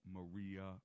Maria